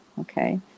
okay